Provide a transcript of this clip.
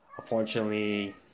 Unfortunately